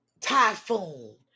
typhoon